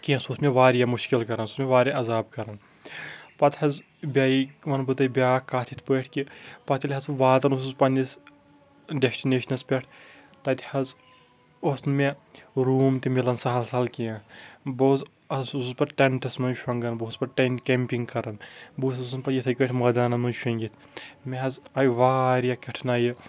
کینٛہہ سُہ اوس مےٚ واریاہ مُشکِل کَران سُہ اوس مےٚ واریاہ عذاب کَران پَتہٕ حظ بیٚیِہ وَنہٕ بہٕ تۄہِہ بیٚاکھ کَتھ یِتھ پٲٹھۍ کِہ پَتہٕ ییٚلِہ حظ واتان اوسُس بہٕ پنٛنِس ڈیٚسٹِنیشنس پٮ۪ٹھ تَتِہ حظ اوس نہٕ مےٚ روٗم تِہ مِلان سَہَل سَہَل کینٛہہ بہٕ حظ اوسُس پتہٕ ٹیٚنٹَس منٛز شونگان بہٕ اوسُس ٹین کیٚمپِنٛگ کَران بہٕ اوسُس آسان یِتھَے کٲٹھۍ مٲدانَن منٛز شونٛگِتھ مےٚ حظ آیہِ واریاہ کٔٹِھنایِہ